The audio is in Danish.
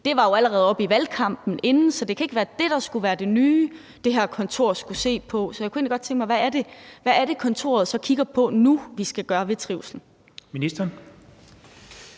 var jo allerede oppe i valgkampen inden, så det kan ikke være det, der skulle være det nye, det her kontor skulle se på. Så jeg kunne egentlig godt tænke mig at høre: Hvad er det så, kontoret nu kigger på at vi skal gøre ved trivslen?